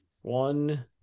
One